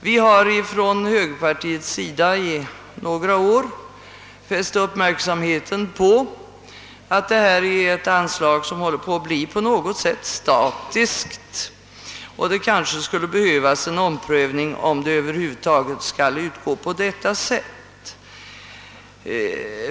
Vi har från högerpartiets sida i några år fäst uppmärksamheten på att detta är ett anslag som på något sätt håller på att bli statiskt och att det kanske skulle behövas en omprövning av frågan om det över huvud taget skall utgå på detta sätt.